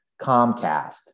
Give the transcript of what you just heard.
Comcast